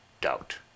doubt